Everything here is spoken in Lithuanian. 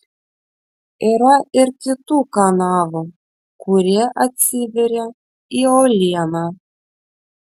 yra ir kitų kanalų kurie atsiveria į uolieną